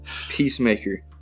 Peacemaker